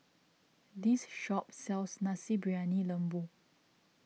this shop sells Nasi Briyani Lembu